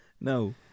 No